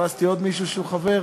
פספסתי עוד מישהו שהוא חבר?